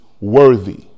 worthy